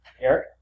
Eric